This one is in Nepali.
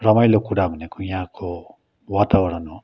रमाइलो कुरा भनेको यहाँको वातावरण हो